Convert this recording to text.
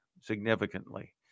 significantly